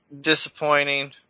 Disappointing